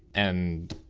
and,